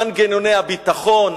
מנגנוני הביטחון.